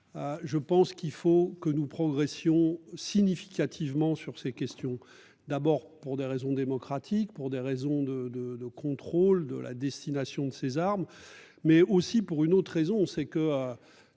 Je pense qu'il faut que nous progressions significativement sur ces questions, d'abord pour des raisons démocratiques pour des raisons de de de contrôle de la destination de ces armes, mais aussi pour une autre raison c'est que.